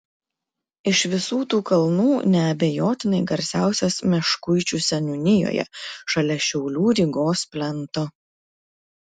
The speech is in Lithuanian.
iš visų tų kalnų neabejotinai garsiausias meškuičių seniūnijoje šalia šiaulių rygos plento